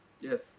Yes